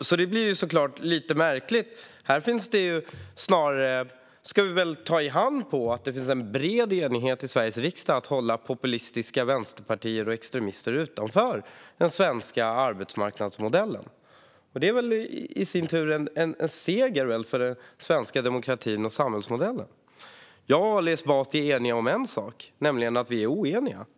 så det här blir såklart lite märkligt. Vi borde snarare ta i hand på att det finns en bred enighet i Sveriges riksdag om att hålla populistiska vänsterpartier och extremister utanför den svenska arbetsmarknadsmodellen. Det är väl i sin tur en seger för den svenska demokratin och samhällsmodellen. Jag och Ali Esbati är eniga om en sak, nämligen att vi är oeniga.